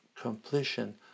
completion